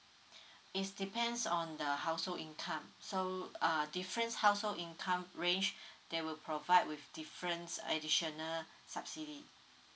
is depends on the household income so err difference household income range they will provide with difference additional subsidy